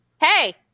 hey